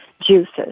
juices